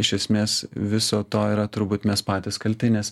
iš esmės viso to yra turbūt mes patys kalti nes